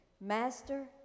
Master